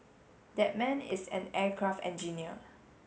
that man is an aircraft engineer